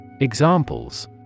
Examples